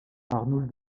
arnoul